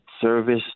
service